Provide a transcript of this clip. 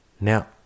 Now